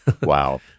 Wow